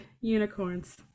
unicorns